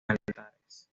altares